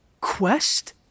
quest